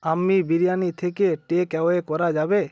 আম্মি বিরিয়ানি থেকে টেকঅ্যাওয়ে করা যাবে